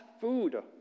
food